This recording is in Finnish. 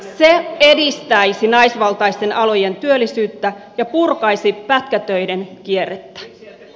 se edistäisi naisvaltaisten alojen työllisyyttä ja purkaisi pätkätöiden kierrettä